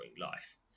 life